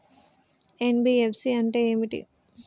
NBFC అంటే ఏమిటి?